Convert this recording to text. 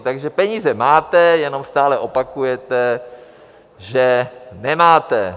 Takže peníze máte, jenom stále opakujete, že nemáte.